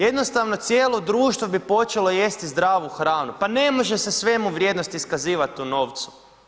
Jednostavno cijelo društvo bi počelo jesti zdravu hranu, pa ne može se svemu vrijednost iskazivat u novcu.